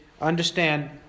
understand